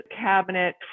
cabinet